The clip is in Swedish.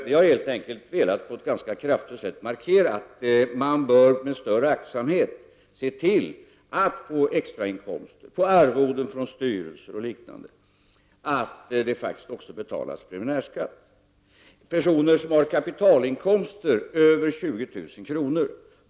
Vi har helt enkelt på ett ganska kraftigt sätt velat markera att man bör med större aktsamhet se till att det på extrainkomster och arvoden från styrelser och liknande också betalas preliminärskatt. Personer som har kapitalinkomster över 20 000 kr.